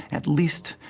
at least,